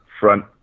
front